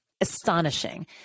astonishing